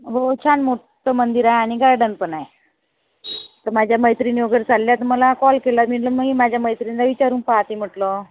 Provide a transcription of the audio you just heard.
हो छान मोठ्ठं मंदिर आहे आणि गार्डन पण आहे तर माझ्या मैत्रिणी वगैरे चालल्या मला कॉल केला मी म्हटलं माझ्या मैत्रिणीला विचारून पाहते म्हटलं